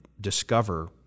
discover